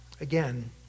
Again